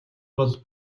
бол